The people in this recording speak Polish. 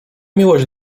miłość